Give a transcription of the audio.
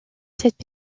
cette